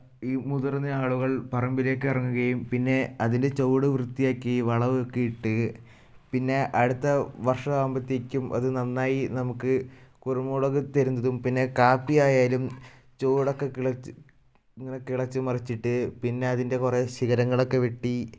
ഈ മുതിർന്ന ആളുകൾ പറമ്പിലേക്ക് ഇറങ്ങുകയും പിന്നെ അതിൻ്റെ ചുവട് വൃത്തിയാക്കി വളമൊക്കെ ഇട്ട് പിന്നെ അടുത്ത വർഷം ആവുമ്പോഴത്തേക്കും അത് നന്നായി നമുക്ക് കുരുമുളക് തരുന്നതും പിന്നെ കാപ്പി ആയാലും ചുവടൊക്കെ കിളച്ചു ഇങ്ങനെ കിളച്ചു മറിച്ചിട്ട് പിന്നെ അതിൻ്റെ കുറേ ശിഖരങ്ങളൊക്കെ വെട്ടി